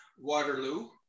Waterloo